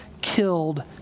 killed